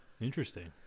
interesting